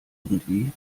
irgendwie